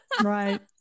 Right